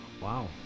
Wow